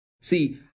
See